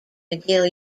mcgill